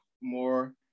more